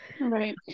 right